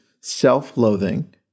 self-loathing